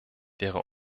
wäre